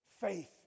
Faith